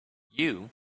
you